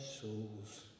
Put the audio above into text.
souls